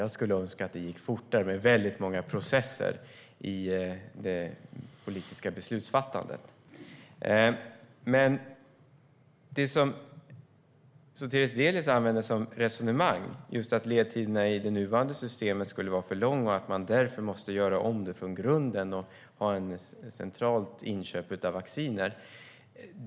Jag skulle önska att det gick fortare med väldigt många processer i det politiska beslutsfattandet. Det som Sotiris Delis använder som resonemang är att ledtiderna i det nuvarande systemet skulle vara för långa och att man därför måste göra om det från grunden och ha ett centralt inköp av vacciner.